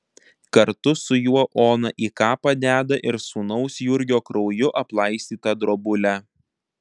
kartu su juo ona į kapą deda ir sūnaus jurgio krauju aplaistytą drobulę